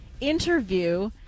interview